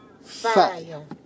Fire